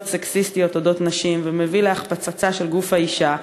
סקסיסטיות על נשים ומביא להחפצה של גוף האישה,